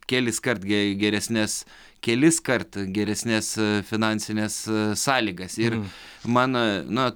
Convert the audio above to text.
keliskart ge geresnes keliskart geresnes finansines sąlygas ir man na